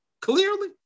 clearly